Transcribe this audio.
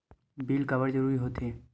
Bill काबर जरूरी होथे?